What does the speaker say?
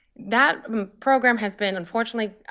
that program has been, unfortunately,